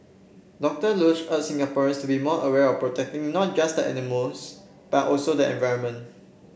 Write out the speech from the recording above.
Doctor Luz urged Singaporeans to be more aware of protecting not just animals but also the environment